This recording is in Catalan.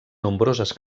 nombroses